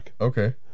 Okay